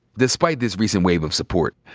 despite this recent wave of support,